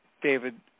David